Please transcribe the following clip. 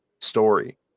story